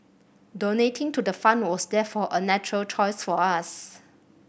donating to the fund was therefore a natural choice for us